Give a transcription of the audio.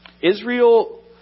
Israel